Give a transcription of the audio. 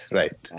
right